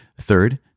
Third